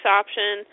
option